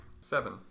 Seven